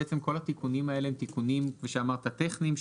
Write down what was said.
בעצם כל התיקונים האלה הם תיקונים כפי שאמרת טכניים,